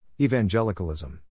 Evangelicalism